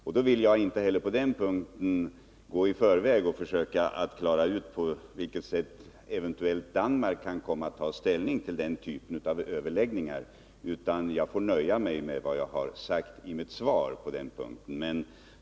Jag vill inte heller på den punkten gå i förväg och försöka ha en mening om på vilket sätt Danmark eventuellt kan komma att ta ställning till den här typen av överläggningar. Jag får nöja mig med vad jag har sagt i mitt svar.